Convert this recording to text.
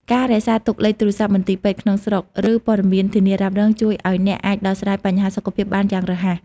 ការរក្សាទុកលេខទូរស័ព្ទមន្ទីរពេទ្យក្នុងស្រុក និងព័ត៌មានធានារ៉ាប់រង ជួយឱ្យអ្នកអាចដោះស្រាយបញ្ហាសុខភាពបានយ៉ាងរហ័ស។